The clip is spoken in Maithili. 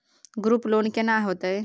ग्रुप लोन केना होतै?